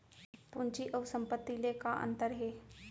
पूंजी अऊ संपत्ति ले का अंतर हे?